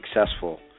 successful